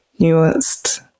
nuanced